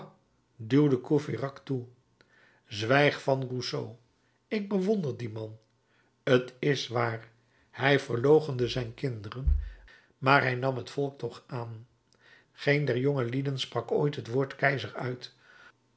duwde courfeyrac toe zwijg van rousseau ik bewonder dien man t is waar hij verloochende zijn kinderen maar hij nam het volk toch aan geen der jongelieden sprak ooit het woord keizer uit